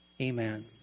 amen